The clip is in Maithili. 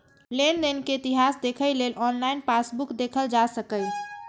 लेनदेन के इतिहास देखै लेल ऑनलाइन पासबुक देखल जा सकैए